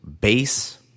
base